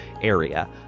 area